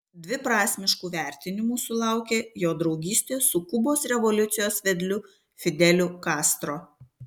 dviprasmiškų vertinimų sulaukė jo draugystė su kubos revoliucijos vedliu fideliu castro